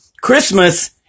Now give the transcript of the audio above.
Christmas